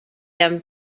them